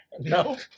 No